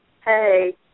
hey